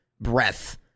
breath